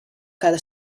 cada